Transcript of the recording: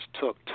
took